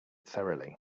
thoroughly